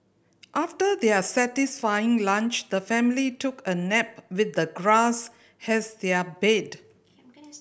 after their satisfying lunch the family took a nap with the grass has their bed